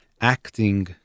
acting